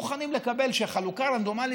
תיושם הלכה למעשה.